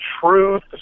truth